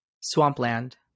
Swampland